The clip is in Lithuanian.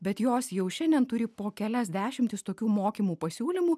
bet jos jau šiandien turi po kelias dešimtis tokių mokymų pasiūlymų